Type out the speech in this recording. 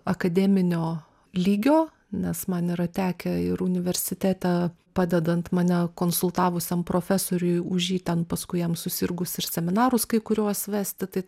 akademinio lygio nes man yra tekę ir universitete padedant mane konsultavusiam profesoriui už jį ten paskui jam susirgus ir seminarus kai kuriuos vesti tai